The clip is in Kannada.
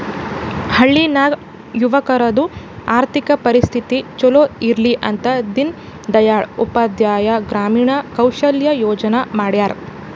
ಹಳ್ಳಿ ನಾಗ್ ಯುವಕರದು ಆರ್ಥಿಕ ಪರಿಸ್ಥಿತಿ ಛಲೋ ಇರ್ಲಿ ಅಂತ ದೀನ್ ದಯಾಳ್ ಉಪಾಧ್ಯಾಯ ಗ್ರಾಮೀಣ ಕೌಶಲ್ಯ ಯೋಜನಾ ಮಾಡ್ಯಾರ್